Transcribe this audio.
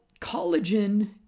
collagen